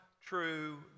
true